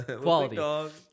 Quality